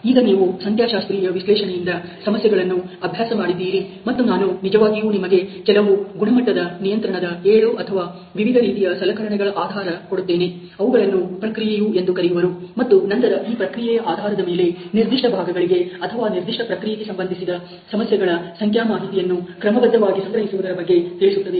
ಈಗ ನೀವು ಸಂಖ್ಯಾಶಾಸ್ತ್ರೀಯ ವಿಶ್ಲೇಷಣೆಯಿಂದ ಸಮಸ್ಯೆಗಳನ್ನು ಅಭ್ಯಾಸ ಮಾಡಿದ್ದೀರಿ ಮತ್ತು ನಾನು ನಿಜವಾಗಿಯೂ ನಿಮಗೆ ಕೆಲವು ಗುಣಮಟ್ಟದ ನಿಯಂತ್ರಣದ 7 ಅಥವಾ ವಿವಿಧ ರೀತಿಯ ಸಲಕರಣೆಗಳ ಆಧಾರ ಕೊಡುತ್ತೇನೆ ಅವುಗಳನ್ನು ಪ್ರಕ್ರಿಯೆಯು ಎಂದು ಕರೆಯುವರು ಮತ್ತು ನಂತರ ಈ ಪ್ರಕ್ರಿಯೆಯ ಆಧಾರದ ಮೇಲೆ ನಿರ್ದಿಷ್ಟ ಭಾಗಗಳಿಗೆ ಅಥವಾ ನಿರ್ದಿಷ್ಟ ಪ್ರಕ್ರಿಯೆಗೆ ಸಂಬಂಧಿಸಿದ ಸಮಸ್ಯೆಗಳ ಸಂಖ್ಯಾ ಮಾಹಿತಿಯನ್ನು ಕ್ರಮಬದ್ಧವಾಗಿ ಸಂಗ್ರಹಿಸುವುದರ ಬಗ್ಗೆ ತಿಳಿಸುತ್ತದೆ